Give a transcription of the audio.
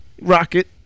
Rocket